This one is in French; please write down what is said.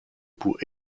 pour